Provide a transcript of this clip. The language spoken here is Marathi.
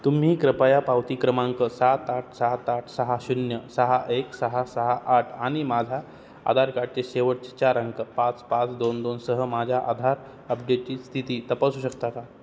तुम्ही कृपया पावती क्रमांक सात आठ सात आठ सहा शून्य सहा एक सहा सहा आठ आणि माझ्या आधार कार्डचे शेवटचे चार अंक पाच पाच दोन दोनसह माझ्या आधार अपडेटची स्थिती तपासू शकता का